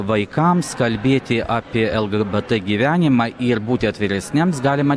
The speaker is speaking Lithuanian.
vaikams kalbėti apie lgbt gyvenimą ir būti atviresniems galima